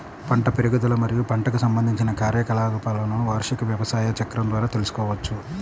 పంట పెరుగుదల మరియు పంటకు సంబంధించిన కార్యకలాపాలను వార్షిక వ్యవసాయ చక్రం ద్వారా తెల్సుకోవచ్చు